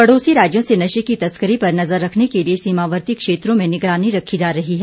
पड़ोसी राज्यों से नशे की तस्करी पर नजर रखने के लिये सीमावर्ती क्षेत्रों में निगरानी रखी जा रही है